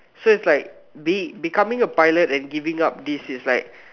so it's like be becoming a pilot and giving up this is like